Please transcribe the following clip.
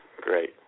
great